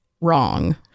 Wrong